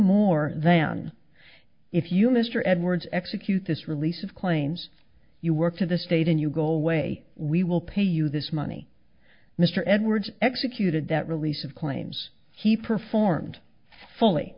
more than if you mr edwards execute this release of claims you work for the state and you go away we will pay you this money mr edwards executed that release of claims he performed fully